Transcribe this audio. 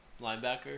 linebacker